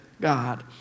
God